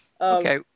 Okay